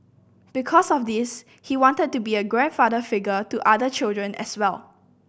because of this he wanted to be a grandfather figure to other children as well